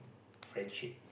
friendship